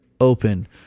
open